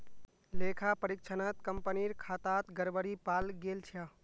लेखा परीक्षणत कंपनीर खातात गड़बड़ी पाल गेल छ